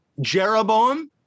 Jeroboam